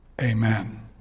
Amen